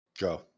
Go